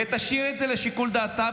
ותשאירי את זה לשיקול דעתה.